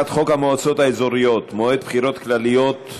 אנחנו עוברים להצעת חוק המועצות האזוריות (מועד בחירות כלליות)